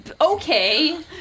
Okay